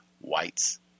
whites